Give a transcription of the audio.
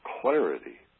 clarity